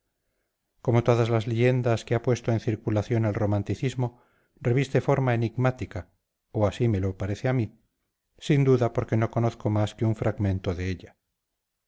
como todas las leyendas que ha puesto en circulación el romanticismo reviste forma enigmática o así me lo parece a mí sin duda porque no conozco más que un fragmento de ella